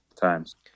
times